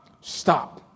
stop